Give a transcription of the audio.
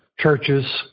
churches